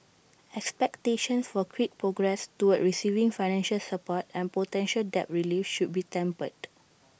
expectations for quick progress toward receiving financial support and potential debt relief should be tempered